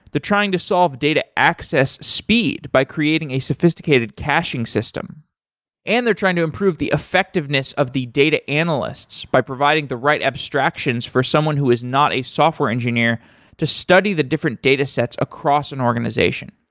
trying to solve data access speed by creating a sophisticated caching system and they're trying to improve the effectiveness of the data analysts by providing the right abstractions for someone who is not a software engineer to study the different datasets across an organization.